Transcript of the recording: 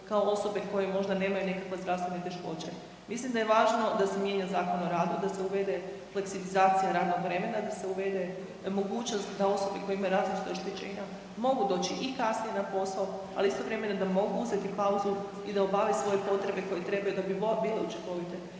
kao osobe koje možda nemaju nekakve zdravstvene teškoće. Mislim da je važno da se mijenja Zakon o radu, da se uvede .../Govornik se ne razumije./... radnog vremena, da se uvede mogućnost da osobe koje imaju različita oštećenja mogu doći i kasnije na posao, ali istovremeno, da mogu uzeti pauzu i da obave svoje potrebe koje trebaju da bi bile učinkovite